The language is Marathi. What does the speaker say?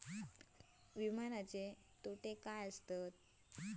विमाचे तोटे काय आसत?